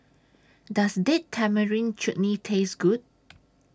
Does Date Tamarind Chutney Taste Good